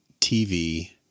TV